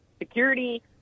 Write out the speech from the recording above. security